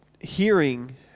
hearing